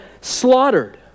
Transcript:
slaughtered